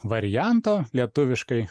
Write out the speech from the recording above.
varianto lietuviškai